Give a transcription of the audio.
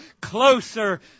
closer